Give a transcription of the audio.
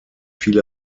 fiel